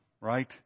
right